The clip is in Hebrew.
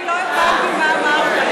אני לא הבנתי מה אמרת,